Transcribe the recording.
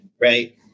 Right